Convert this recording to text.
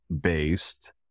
based